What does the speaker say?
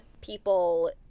people